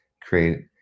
create